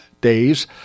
days